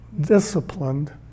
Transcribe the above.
disciplined